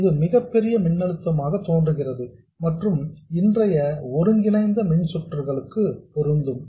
இது மிகப்பெரிய மின்னழுத்தமாக தோன்றுகிறது மற்றும் இன்றைய ஒருங்கிணைந்த மின்சுற்றுகளுக்கு பொருந்தும்